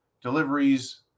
deliveries